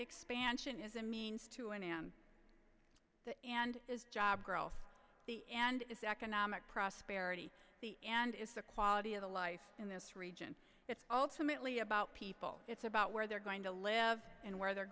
expansion is a means to an end that and is job growth the end is economic prosperity the and it's the quality of the life in this region it's ultimately about people it's about where they're going to live and where they're